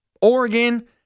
Oregon